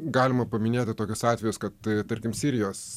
galima paminėti tokius atvejus kad tarkim sirijos